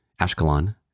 Ashkelon